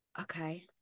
okay